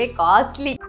costly